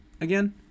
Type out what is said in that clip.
again